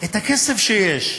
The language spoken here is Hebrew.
בכסף שיש,